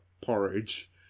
porridge